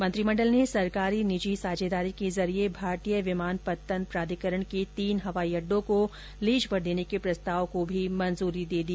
मंत्रिमंडल ने सरकारी निजी साझेदारी के जरिए भारतीय विमानपत्तन प्राधिकरण के तीन हवाई अड्डों को लीज पर देने के प्रस्ताव को भी मंजूरी दे दी